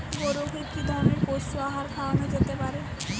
গরু কে কি ধরনের পশু আহার খাওয়ানো যেতে পারে?